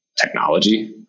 technology